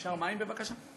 אפשר מים, בבקשה?